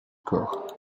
corps